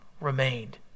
remained